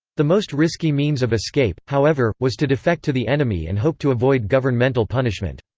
the most risky means of escape, however, was to defect to the enemy and hope to avoid governmental punishment.